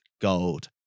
gold